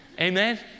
Amen